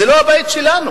זה לא הבית שלנו.